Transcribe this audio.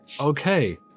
Okay